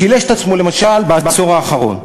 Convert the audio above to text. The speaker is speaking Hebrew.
שילש את עצמו, למשל, בעשור האחרון,